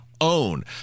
own